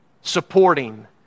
supporting